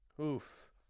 oof